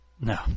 No